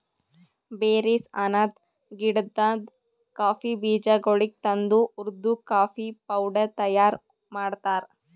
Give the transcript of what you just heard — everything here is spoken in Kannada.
ಬೇರೀಸ್ ಅನದ್ ಗಿಡದಾಂದ್ ಕಾಫಿ ಬೀಜಗೊಳಿಗ್ ತಂದು ಹುರ್ದು ಕಾಫಿ ಪೌಡರ್ ತೈಯಾರ್ ಮಾಡ್ತಾರ್